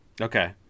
Okay